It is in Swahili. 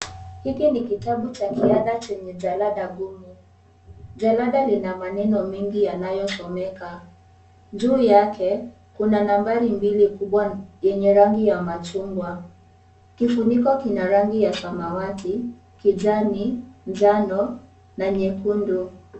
Hiki ni kitabu cha ziada chenye jalada huu, jalada lina maneno mengi yanaposomeka juu yake kuna nambari mbili kubwa yenye ya rangi ya machungwa, kifuniko kuna rangi ya samawati ,kijani, njano na nyekundu.